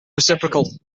reciprocal